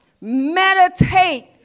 Meditate